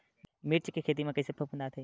मिर्च के खेती म कइसे फफूंद आथे?